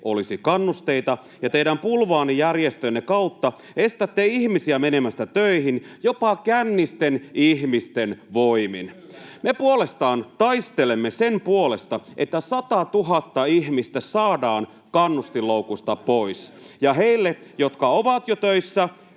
olisi kannusteita, ja teidän bulvaanijärjestöjenne kautta estätte ihmisiä menemästä töihin jopa kännisten ihmisten voimin. Me puolestaan taistelemme sen puolesta, että satatuhatta ihmistä saadaan kannustinloukuista pois, ja heille, jotka ovat jo töissä,